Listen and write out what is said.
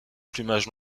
plumage